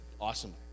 awesome